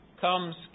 comes